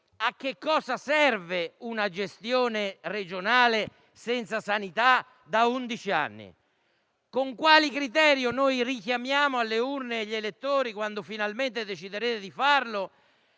A che cosa serve una gestione regionale senza la sanità da undici anni? Con quale criterio richiamiamo alle urne gli elettori (quando finalmente deciderete di farlo)